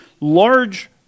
large